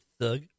Thug